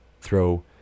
throw